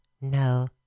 No